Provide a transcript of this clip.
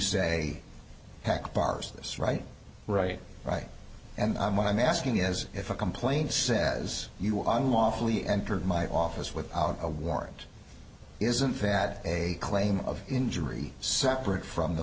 this right right right and i'm what i'm asking is if a complaint says you i'm lawfully entered my office without a warrant isn't that a claim of injury separate from the